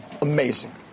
amazing